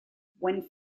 when